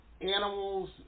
animals